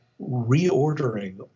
reordering